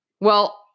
Well-